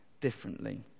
differently